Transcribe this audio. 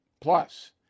Plus